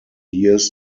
years